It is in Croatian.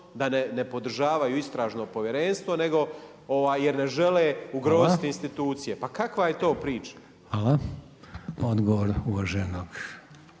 da ne podržavaju istražno povjerenstvo nego, jer ne žele ugroziti institucije. Pa kakva je to priča? **Reiner, Željko